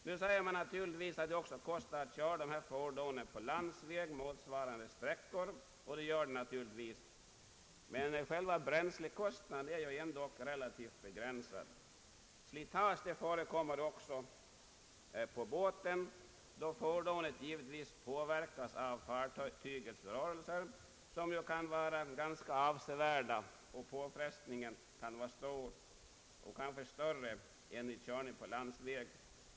Det sägs naturligtvis att det också kostar att köra dessa fordon på landsväg motsvarande sträckor, och det är självklart. Men själva bränslekostnaden är ju ändock relativt begränsad. Slitage förekommer också på båt, då fordonet givetvis påverkas av fartygets rörelser som ofta kan vara avsevärt mer påfrestande än vid körning på landsväg.